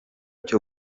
cyo